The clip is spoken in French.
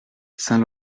saint